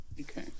okay